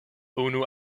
unu